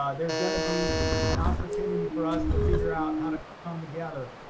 um there's gonna be an opportunity for us to figure out how to come um together.